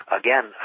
again